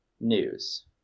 news